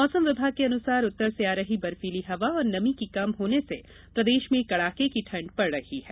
मौसम विभाग के अनुसार उत्तर से आ रही बर्फीली हवा और नमी के कम होने से प्रदेश में कड़ाके की ठंड पड़ रही है